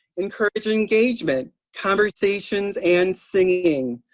encourage engagement, conversations, and singing.